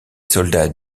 soldats